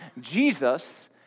Jesus